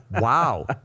Wow